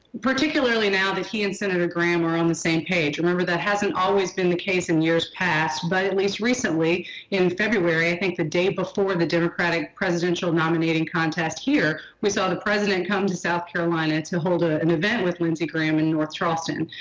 particularly, now that he and senator graham are on the same page. remember that hasn't always been the case in years past, but at least recently in february, i think the day before the democratic presidential nominating contest here, we saw the president come to south carolina to hold ah an event with lindsey graham in north charleston.